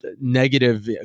negative